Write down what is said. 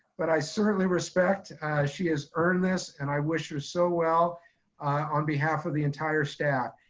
but i certainly respect she has earned this and i wish it was so well on behalf of the entire staff.